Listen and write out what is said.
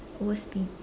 worse pain